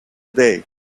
day